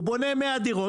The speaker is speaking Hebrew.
הוא בונה מאה דירות,